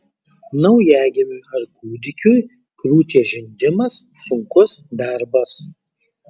naujagimiui ar kūdikiui krūties žindimas sunkus darbas